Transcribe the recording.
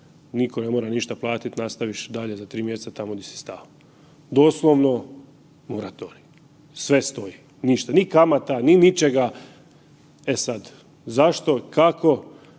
niko ne mora ništa platit, nastaviš dalje za 3 mjeseca tamo di si stao. Doslovno moratorij, sve stoji, ništa, ni kamata, ni ničega. E sad, zašto, kako,